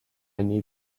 need